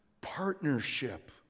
partnership